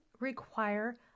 require